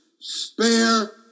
Spare